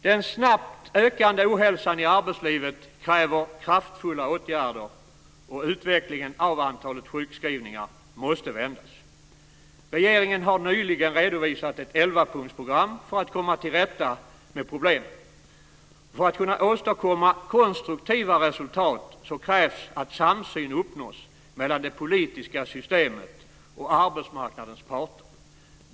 Den snabbt ökande ohälsan i arbetslivet kräver kraftfulla åtgärder, och utvecklingen när det gäller antalet sjukskrivningar måste vändas. Regeringen har nyligen redovisat ett elvapunktsprogram för att komma till rätta med problemen. För att kunna åstadkomma konstruktiva resultat krävs att samsyn uppnås mellan det politiska systemet och arbetsmarknadens parter.